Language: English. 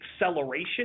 acceleration